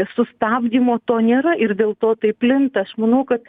sustabdymo to nėra ir dėl to taip plinta aš manau kad